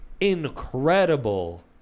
incredible